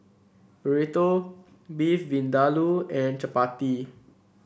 Burrito Beef Vindaloo and Chapati